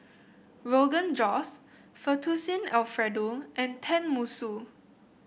Rogan Josh Fettuccine Alfredo and Tenmusu